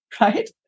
right